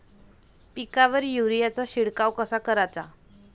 पिकावर युरीया चा शिडकाव कसा कराचा?